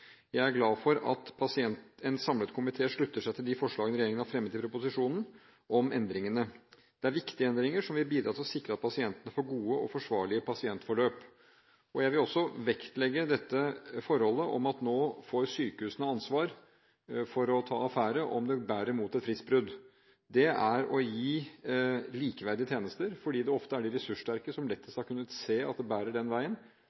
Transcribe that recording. Jeg er glad for at en samlet komité slutter seg til de forslag til endringer regjeringen har fremmet i proposisjonen. Det er viktige endringer som vil bidra til å sikre at pasientene får gode og forsvarlige pasientforløp. Jeg vil også vektlegge det forholdet at sykehusene nå får ansvar for å ta affære om det bærer mot et fristbrudd. Det er å gi likeverdige tjenester, fordi det ofte er de ressurssterke som lettest har kunnet se at det bærer den veien,